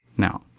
now.